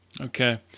Okay